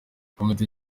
komite